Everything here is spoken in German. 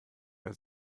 bei